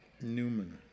Newman